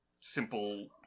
simple